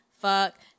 Fuck